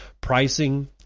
Pricing